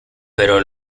pero